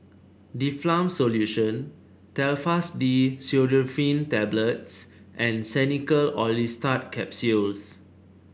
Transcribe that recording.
Difflam Solution Telfast D Pseudoephrine Tablets and Xenical Orlistat Capsules